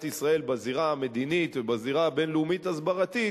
ישראל בזירה המדינית ובזירה הבין-לאומית ההסברתית,